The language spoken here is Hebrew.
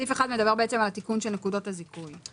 סעיף 1 מדבר על התיקון של נקודות הזיכוי.